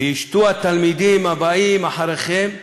וישתו התלמידים הבאים אחריכם וימותו,